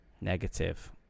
negative